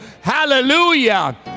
hallelujah